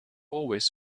always